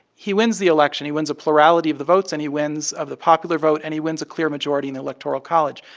he wins the election. he wins a plurality of the votes, and he wins the popular vote, and he wins a clear majority in the electoral college.